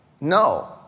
No